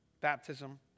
baptism